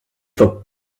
for